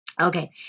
Okay